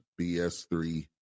BS3